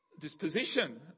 disposition